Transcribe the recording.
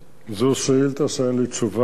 זאת שאלה שאין לי תשובה עליה.